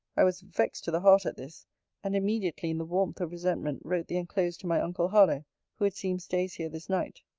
i was vexed to the heart at this and immediately, in the warmth of resentment, wrote the enclosed to my uncle harlowe who it seems stays here this night.